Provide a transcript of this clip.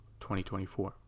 2024